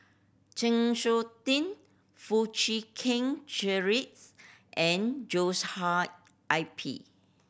Chng Seok Tin Foo Chee Keng Cedric and Joshua I P